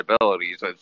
abilities